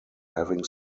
having